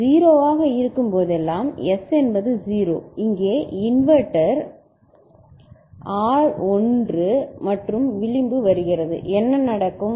எனவே அது 0 ஆக இருக்கும்போதெல்லாம் S என்பது 0 இங்கே இன்வெர்ட்டர் எனவேR 1 மற்றும் விளிம்பு வருகிறது என்ன நடக்கும்